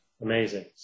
amazing